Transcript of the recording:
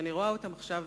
ואני רואה אותם עכשיו